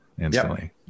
instantly